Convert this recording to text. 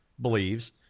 believes